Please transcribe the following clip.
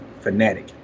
fanatic